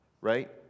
right